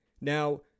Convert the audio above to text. Now